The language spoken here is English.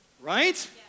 right